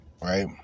right